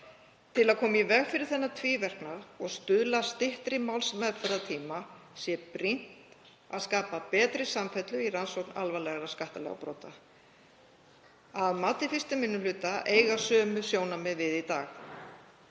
Til að koma í veg fyrir þennan tvíverknað og stuðla að styttri málsmeðferðartíma sé brýnt að skapa betri samfellu í rannsókn alvarlegra skattalagabrota. Að mati 1. minni hluta eiga sömu sjónarmið við í dag.